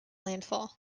landfall